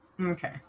Okay